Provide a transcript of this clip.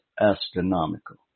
astronomical